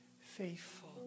faithful